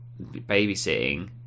babysitting